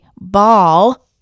ball